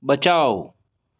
बचाओ